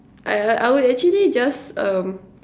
I like I will actually just um